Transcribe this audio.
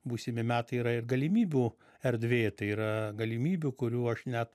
būsimi metai yra ir galimybių erdvė tai yra galimybių kurių aš net